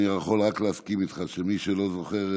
אני יכול רק להסכים איתך שמי שלא זוכר,